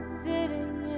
sitting